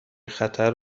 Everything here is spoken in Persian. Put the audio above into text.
خطر